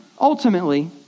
ultimately